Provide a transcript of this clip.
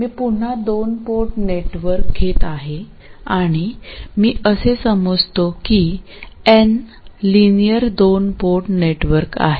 मी पुन्हा दोन port network घेत आहे आणि मी असे समजतो की एन लिनियर दोन पोर्ट नेटवर्क आहे